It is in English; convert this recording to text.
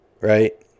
right